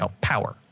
power